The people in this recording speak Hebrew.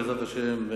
בעזרת השם,